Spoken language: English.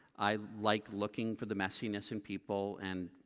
i like looking for the messiness in people, and,